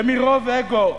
ומרוב אגו,